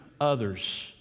others